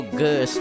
good